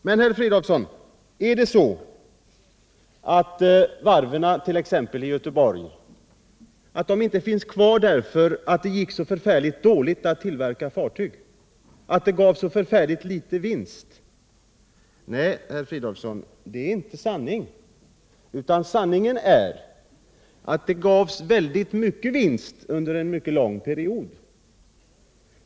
Men, herr Fridolfsson, är det så att t.ex. varven i Göteborg inte finns kvar därför att det gick så förfärligt dåligt att tillverka fartyg, därför att det gav så förfärligt liten vinst? Nej, herr Fridolfsson, det är inte sant. Sanningen är att det gav väldigt stor vinst under en mycket lång period.